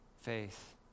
faith